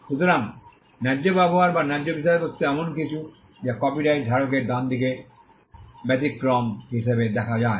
সুতরাং ন্যায্য ব্যবহার বা ন্যায্য বিষয়বস্তু এমন কিছু যা কপিরাইট ধারকের ডানদিকে ব্যতিক্রম হিসাবে দেখা যায়